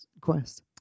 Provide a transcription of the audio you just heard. quest